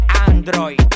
android